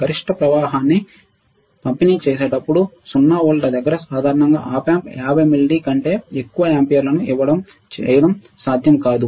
గరిష్ట ప్రవాహాన్ని పంపిణీ చేసేటప్పుడు 0 వోల్ట్ల దగ్గర సాధారణంగా Op amp 50 మిల్లీ కంటే ఎక్కువ ఆంపియర్లను ఇవ్వడం చేయడం సాధ్యంకాదు